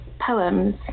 poems